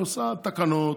היא עושה תקנות,